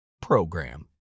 program